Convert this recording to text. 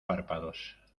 párpados